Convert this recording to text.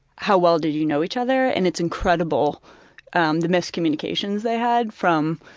how well did you know each other? and it's incredible um the miscommunications they had, from,